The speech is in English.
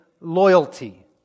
loyalty